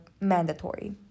mandatory